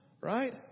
right